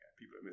people